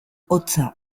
hotza